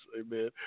Amen